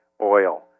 oil